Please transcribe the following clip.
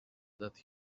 that